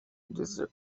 deserts